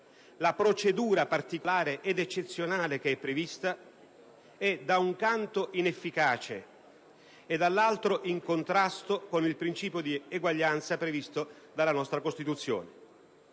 la procedura particolare ed eccezionale prevista, è da un canto inefficace e dall'altro in contrasto con il principio di eguaglianza previsto dalla nostra Costituzione.